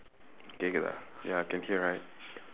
ya can hear right